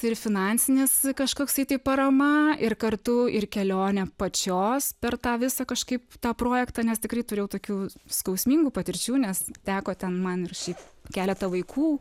tai ir finansinis kažkoksai tai parama ir kartu ir kelionė pačios per tą visą kažkaip tą projektą nes tikrai turėjau tokių skausmingų patirčių nes teko ten man ir šiaip keletą vaikų